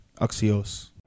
Axios